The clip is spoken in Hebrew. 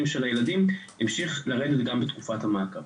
של הילדים המשיך לרדת גם בתקופת המעקב.